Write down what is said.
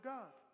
God